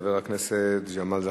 חבר הכנסת ג'מאל זחאלקה,